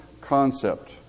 concept